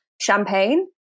champagne